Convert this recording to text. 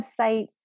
websites